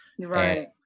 Right